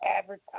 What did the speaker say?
advertise